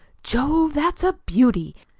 jove, that's a beauty!